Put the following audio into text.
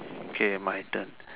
okay my turn